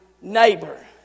neighbor